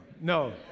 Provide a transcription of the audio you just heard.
No